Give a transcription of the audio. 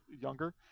younger